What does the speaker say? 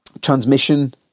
transmission